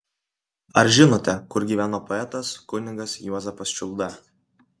ar žinote kur gyveno poetas kunigas juozapas čiulda